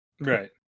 right